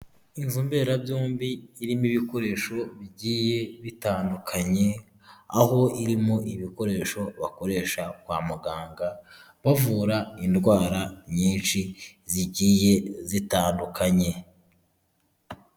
Inzu mberabyombi irimo ibikoresho bigiye bitandukanye, aho irimo ibikoresho bakoresha kwa muganga, bavura indwara nyinshi zigiye zitandukanye.